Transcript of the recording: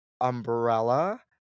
umbrella